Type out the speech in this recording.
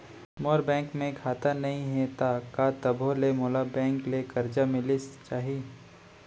मोर bank म खाता नई हे त का तभो ले मोला बैंक ले करजा मिलिस जाही?